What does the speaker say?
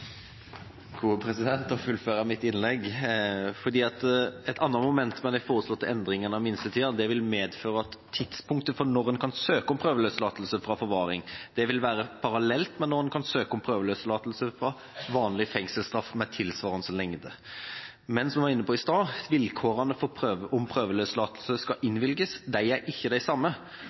at den foreslåtte endringa av minstetida vil medføre at tidspunktet for når en kan søke om prøveløslatelse fra forvaring, vil være parallelt med når en kan søke om prøveløslatelse fra vanlig fengselsstraff med tilsvarende lengde. Men vilkårene for om prøveløslatelse skal innvilges – som jeg var inne på i stad – er ikke de samme, og paradoksalt nok er det lettere for våre farligste forbrytere å få innvilget prøveløslatelse fra forvaring enn om de